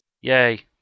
Yay